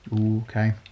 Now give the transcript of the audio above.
Okay